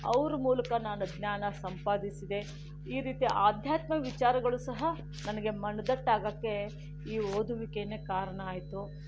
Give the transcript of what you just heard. ಅವರ ಮೂಲಕ ನಾನು ಜ್ಞಾನ ಸಂಪಾದಿಸಿದೆ ಈ ರೀತಿ ಅಧ್ಯಾತ್ಮ ವಿಚಾರಗಳು ಸಹ ನನಗೆ ಮನದಟ್ಟಾಗೋಕ್ಕೆ ಈ ಓದುವಿಕೆಯೇ ಕಾರಣ ಆಯಿತು